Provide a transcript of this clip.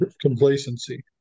complacency